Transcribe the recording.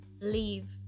leave